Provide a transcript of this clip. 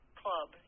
club